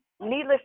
Needless